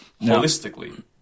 holistically